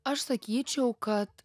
aš sakyčiau kad